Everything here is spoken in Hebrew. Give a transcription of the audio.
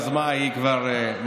אז מה היא פליטת פה,